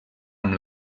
amb